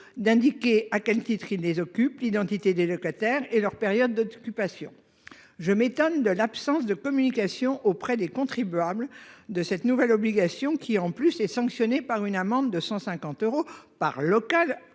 d'indiquer à quel titre ils les occupent l'identité des locataires et leur période d'occupation. Je m'étonne de l'absence de communication auprès des contribuables de cette nouvelle obligation qui en plus est sanctionné par une amende de 150 euros par local